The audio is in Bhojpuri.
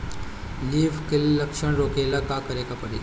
लीफ क्ल लक्षण रोकेला का करे के परी?